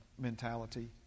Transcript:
Mentality